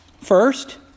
First